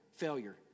Failure